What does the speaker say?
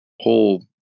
whole